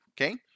okay